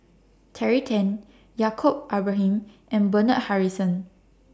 Terry Tan Yaacob Ibrahim and Bernard Harrison